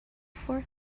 four